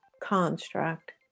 construct